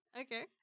Okay